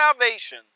salvation